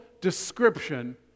description